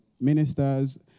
ministers